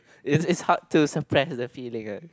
is is hard to suppress the feeling uh